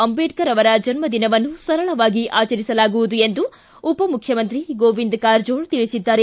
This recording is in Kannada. ಅಂಬೇಡ್ತರ್ ಅವರ ಜನ್ಮ ದಿನವನ್ನು ಸರಳವಾಗಿ ಆಚರಿಸಲಾಗುವುದು ಎಂದು ಉಪ ಮುಖ್ಯಮಂತ್ರಿ ಗೋವಿಂದ ಕಾರಜೋಳ ತಿಳಿಸಿದ್ದಾರೆ